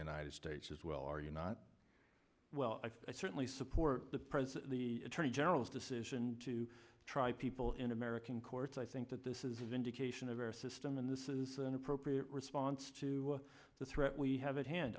united states as well are you not well i certainly support the president the attorney general's decision to try people in american courts i think that this is a vindication of our system and this is an appropriate response to the threat we have at hand